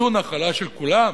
זו נחלה של כולם.